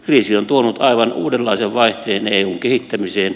kriisi on tuonut aivan uudenlaisen vaihteen eun kehittämiseen